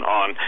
on